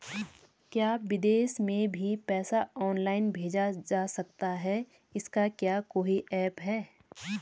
क्या विदेश में भी पैसा ऑनलाइन भेजा जा सकता है इसका क्या कोई ऐप है?